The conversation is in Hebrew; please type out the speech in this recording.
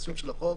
-- של החוק,